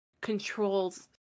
controls